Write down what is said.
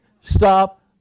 stop